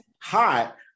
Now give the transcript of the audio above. hot